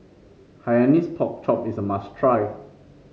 Hainanese Pork Chop is a must try